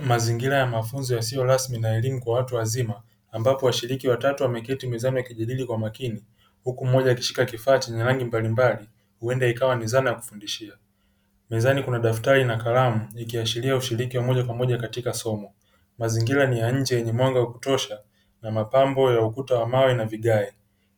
Mazingira ya mafunzo yasiyo rasmi na elimu kwa watu wazima, ambapo washiriki watatu wameketi mezani wakijadili kwa makini, huku mmoja akishika kifaa chenye rangi mbalimbali huenda ikawa zana ya kufundishia, mezani kuna daftari na kalamu ikiashiria ushiriki wa moja kwa moja katika somo. Mazingira ni ya nje yenye mwanga wa kutosha na mapambo ya ukuta wa mawe na vigae,